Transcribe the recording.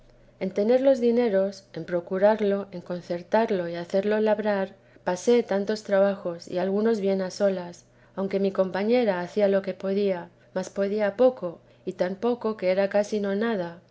en tener los dineros en procurarlo en concertarlo y hacerlo labrar pasé tantos trabajos y algunos bien a solas aunque mi compañera hacía lo que podía mas podía poco y tan poco que era casi nonada